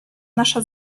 nasza